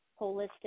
holistic